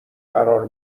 قرار